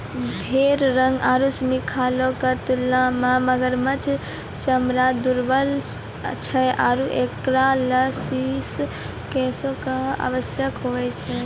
भेड़ रंग आरु सिनी खालो क तुलना म मगरमच्छ चमड़ा दुर्लभ छै आरु एकरा ल शिल्प कौशल कॅ आवश्यकता होय छै